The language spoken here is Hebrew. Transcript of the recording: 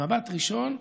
במבט ראשון,